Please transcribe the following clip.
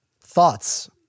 thoughts